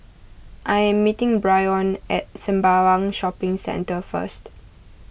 I am meeting Byron at Sembawang Shopping Centre first